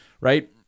right